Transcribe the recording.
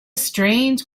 strange